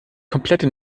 komplette